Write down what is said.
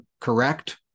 correct